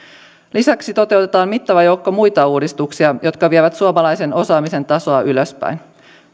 lisäksi toteutetaan mittava joukko muita uudistuksia jotka vievät suomalaisen osaamisen tasoa ylöspäin